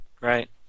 right